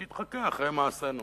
שיתחקה אחר מעשינו